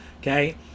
Okay